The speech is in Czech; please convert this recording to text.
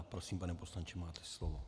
Prosím, pane poslanče, máte slovo.